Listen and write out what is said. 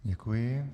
Děkuji.